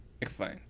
Explain